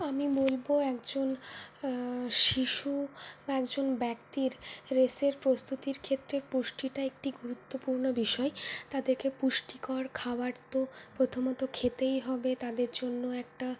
আমি বলব একজন শিশু বা একজন ব্যক্তির রেসের প্রস্তুতির ক্ষেত্রে পুষ্টিটা একটি গুরুত্বপূর্ণ বিষয় তাদেরকে পুষ্টিকর খাওয়ার তো প্রথমত খেতেই হবে তাদের জন্য একটা